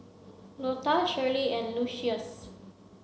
Lota Shirley and Lucius